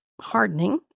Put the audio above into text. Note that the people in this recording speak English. hardening